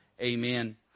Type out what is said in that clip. Amen